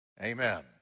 Amen